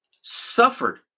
suffered